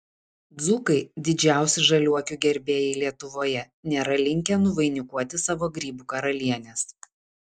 dzūkai didžiausi žaliuokių gerbėjai lietuvoje nėra linkę nuvainikuoti savo grybų karalienės